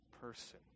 person